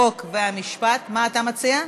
חוק ומשפט נתקבלה.